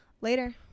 Later